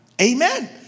Amen